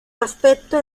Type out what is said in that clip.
aspecto